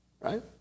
right